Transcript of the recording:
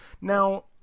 Now